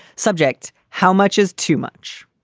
subject. how much is too much?